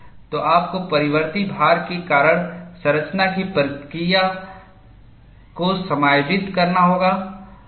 तो आपको परिवर्ती भार के कारण संरचना की प्रतिक्रिया को समायोजित करना होगा